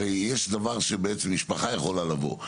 הרי יש דבר שבעצם משפחה יכולה לבוא.